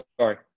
sorry